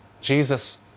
Jesus